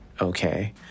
okay